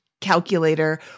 calculator